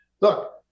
Look